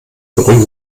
beruhigen